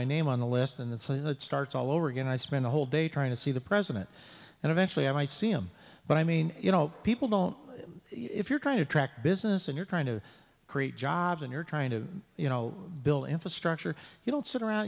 my name on the list and say that starts all over again i spend a whole day trying to see the president and eventually i might see him but i mean you know people don't know if you're trying to attract business and you're trying to create jobs and you're trying to you know bill infrastructure you don't sit around